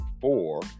four